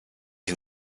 can